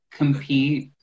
compete